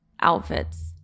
outfits